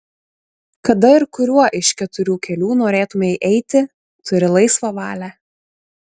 kada ir kuriuo iš keturių kelių norėtumei eiti turi laisvą valią